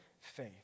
faith